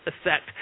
effect